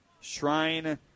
Shrine